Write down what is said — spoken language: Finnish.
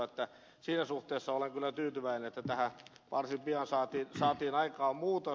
siinä suhteessa olen kyllä tyytyväinen että tähän varsin pian saatiin aikaan muutos